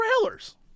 trailers